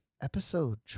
Episode